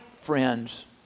friends